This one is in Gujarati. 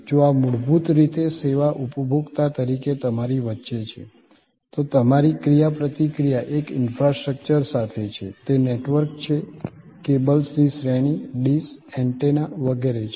જો આ મૂળભૂત રીતે સેવા ઉપભોક્તા તરીકે તમારી વચ્ચે છે તો તમારી ક્રિયાપ્રતિક્રિયા એક ઇન્ફ્રાસ્ટ્રક્ચર સાથે છે તે નેટવર્ક છે કેબલ્સની શ્રેણી ડીશ એન્ટેના વગેરે છે